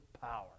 power